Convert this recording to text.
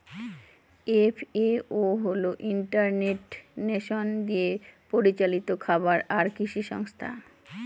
FAO হল United Nation দিয়ে পরিচালিত খাবার আর কৃষি সংস্থা